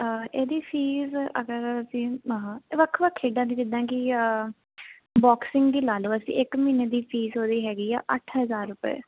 ਇਹਦੀ ਫੀਸ ਅਗਰ ਅਸੀਂ ਵੱਖ ਵੱਖ ਖੇਡਾਂ ਦੀ ਜਿੱਦਾਂ ਕਿ ਬਾਕਸਿੰਗ ਦੀ ਲਾਲੋ ਅਸੀ ਇੱਕ ਮਹੀਨੇ ਦੀ ਫੀਸ ਉਹਦੀ ਹੈਗੀ ਆ ਅੱਠ ਹਜਾਰ ਰੁਪਏ